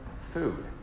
food